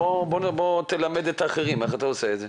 בוא תלמד את האחרים איך אתה עושה את זה.